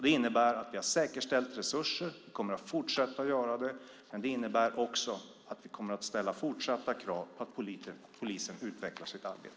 Det innebär att vi har säkerställt resurser och kommer att fortsätta göra det, men det innebär också att vi kommer att ställa fortsatta krav på att polisen utvecklar sitt arbete.